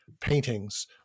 paintings